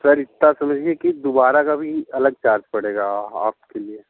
sir इतना समझिए कि दुबारा का भी अलग चार्ज चार्ज पड़ेगा आपके लिए